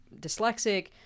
dyslexic